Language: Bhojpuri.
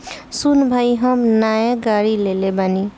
सुन भाई हम नाय गाड़ी लेले बानी